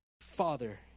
Father